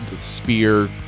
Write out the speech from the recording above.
spear